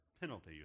Penalty